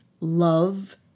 love